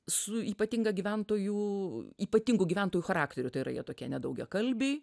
su ypatinga gyventojų ypatingu gyventojų charakteriu tai yra jie tokie ne daugiakalbiai